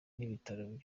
n’ibitaro